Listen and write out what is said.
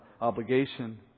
obligation